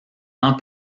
ans